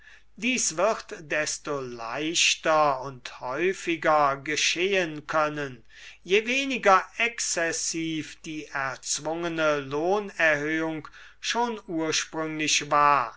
dies wird desto leichter und häufiger geschehen können je weniger exzessiv die erzwungene lohnerhöhung schon ursprünglich war